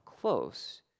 close